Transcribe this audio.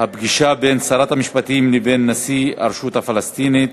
פגישת שרת המשפטים ונשיא הרשות הפלסטינית,